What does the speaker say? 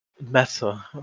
meta